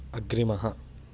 अग्रिमः